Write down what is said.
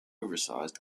oversized